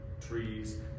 trees